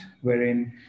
wherein